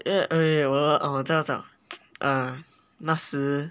oh wait wait 我知道那时